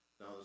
Now